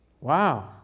Wow